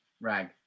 Rag